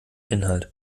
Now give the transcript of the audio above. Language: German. inhalt